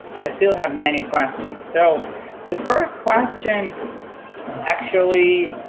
i still have many questions, so the first question actually